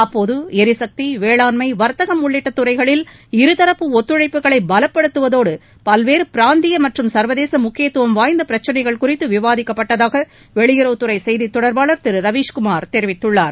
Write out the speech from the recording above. அப்போது எரிசக்தி வேளாண்மை வர்த்தகம் உள்ளிட்ட துறைகளில் இருதரப்பு ஒத்துழைப்புகளை பலப்படுத்துவதோடு பல்வேறு பிராந்திய மற்றும் சர்வதேச முக்கியத்துவம் வாய்ந்த பிரச்னைகள் குறித்து விவாதிக்கப்பட்டதாக வெளியுறவுத்துறை செய்கிக் கொடர்பாளர் திரு ரவீஷ்குமார் தெரிவித்துள்ளார்